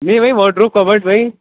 نہیںھ waterproof cupboard بھائی